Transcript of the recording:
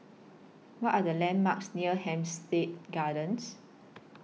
What Are The landmarks near Hampstead Gardens